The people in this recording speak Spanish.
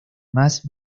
más